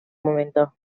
momento